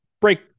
break